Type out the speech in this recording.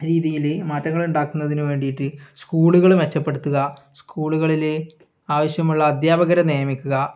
രീതിയിൽ മാറ്റങ്ങളുണ്ടാക്കുന്നതിന് വേണ്ടീട്ട് സ്കൂളുകൾ മെച്ചപ്പെടുത്തുക സ്കൂളുകളിൽ ആവശ്യമുള്ള അധ്യാപകരെ നിയമിക്കുക